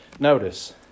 Notice